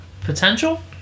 potential